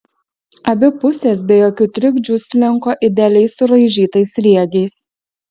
abi pusės be jokių trikdžių slinko idealiai suraižytais sriegiais